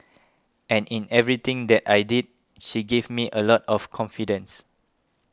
and in everything that I did she gave me a lot of confidence